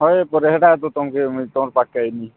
ହଏ ପରା ସେଟା ତ ତମକେ ମୁଇଁ ତମ୍ ପାଖକେ